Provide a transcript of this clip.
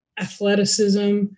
athleticism